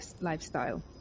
lifestyle